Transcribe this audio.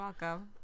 welcome